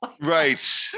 Right